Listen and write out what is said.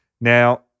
Now